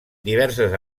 diverses